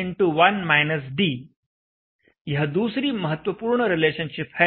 x 1 - d यह दूसरी महत्वपूर्ण रिलेशनशिप है